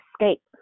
escape